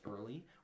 early